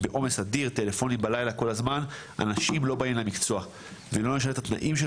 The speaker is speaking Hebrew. אנשים אלינו מגיעים לאיכילוב,